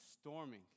storming